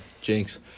Jinx